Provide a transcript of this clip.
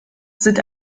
sind